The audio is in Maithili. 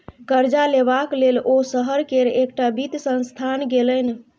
करजा लेबाक लेल ओ शहर केर एकटा वित्त संस्थान गेलनि